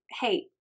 Hey